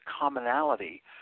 commonality